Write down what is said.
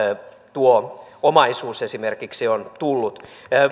tuo omaisuus esimerkiksi on tullut